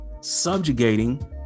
subjugating